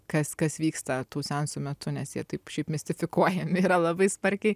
kas kas vyksta tų seansų metu nes jie taip šiaip mistifikuojami yra labai smarkiai